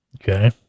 Okay